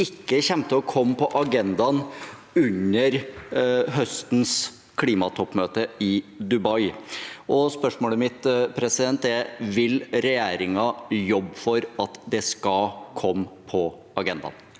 ikke kommer til å stå på agendaen under høstens klimatoppmøte i Dubai. Spørsmålet mitt er: Vil regjeringen jobbe for at det skal komme på agendaen?